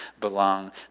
belong